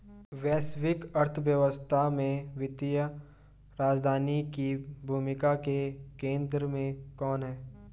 वैश्विक अर्थव्यवस्था में वित्तीय राजधानी की भूमिका के केंद्र में कौन है?